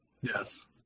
Yes